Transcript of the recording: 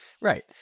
right